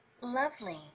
lovely